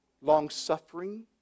Long-suffering